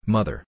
Mother